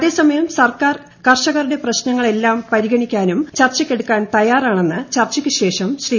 അതേസമയം സർക്കാർ കർഷക്രൂടെ പ്രശ്നങ്ങളെല്ലാം പരിഗണിക്കാനും ചർച്ചയ്ക്കെടുക്കാൻ തൃയ്യാറ്റാണെന്ന് ചർച്ചയ്ക്ക്ശേഷം ശ്രീ